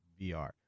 VR